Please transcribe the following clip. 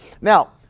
Now